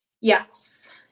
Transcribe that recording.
Yes